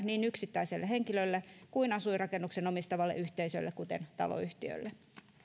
niin yksittäiselle henkilölle kuin asuinrakennuksen omistavalle yhteisölle kuten taloyhtiölle